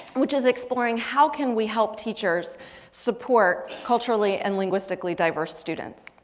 which is exploring how can we help teachers support culturally and linguistically diverse students.